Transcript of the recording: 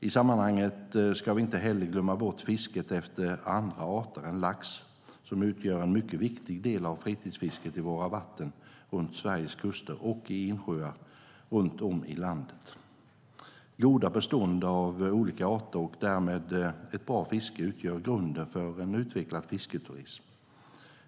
I sammanhanget ska vi inte heller glömma bort fisket efter andra arter än lax, som utgör en mycket viktig del av fritidsfisket i våra vatten runt Sveriges kuster och i insjöar runt om i landet. Goda bestånd av olika arter och därmed ett bra fiske utgör grunden för en utvecklad fisketurism.